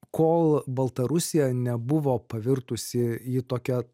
kol baltarusija nebuvo pavirtusi į tokią